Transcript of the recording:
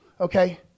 okay